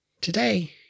Today